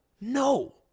No